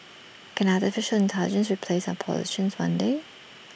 can Artificial Intelligence replace our politicians one day